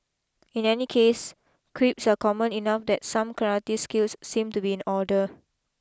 in any case creeps are common enough that some karate skills seem to be in order